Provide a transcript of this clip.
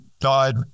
died